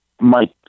Mike